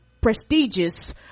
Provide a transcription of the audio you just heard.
prestigious